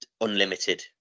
unlimited